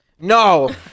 no